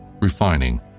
refining